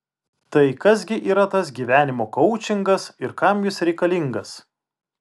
tai kas gi yra tas gyvenimo koučingas ir kam jis reikalingas